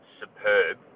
superb